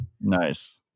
Nice